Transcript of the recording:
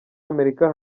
amerika